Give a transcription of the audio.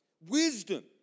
wisdom